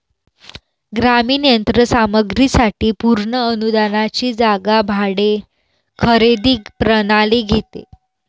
ग्रामीण यंत्र सामग्री साठी पूर्ण अनुदानाची जागा भाडे खरेदी प्रणाली घेते